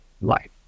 life